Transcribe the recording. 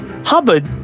Hubbard